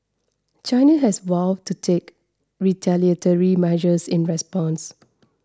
China has vowed to take retaliatory measures in response